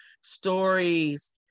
stories